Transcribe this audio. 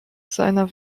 seiner